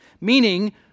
meaning